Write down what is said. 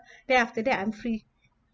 then after that I'm free